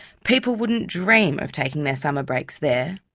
people wouldn't dream of taking their summer breaks there.